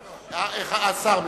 חברים,